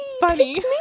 funny